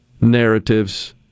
narratives